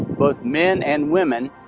both men and women,